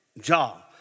job